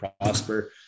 Prosper